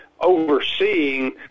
overseeing